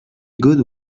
good